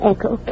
Echo